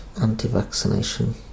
anti-vaccination